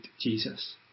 Jesus